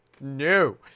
No